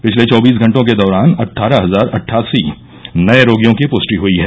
पिछले चौबीस घंटों के दौरान अट्ठारह हजार अट्ठासी नये रोगियों की पुष्टि हुई है